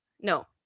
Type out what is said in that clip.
no